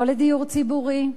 לא לדיור ציבורי,